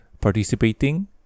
participating